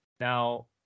Now